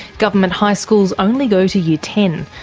government high schools only go to year ten.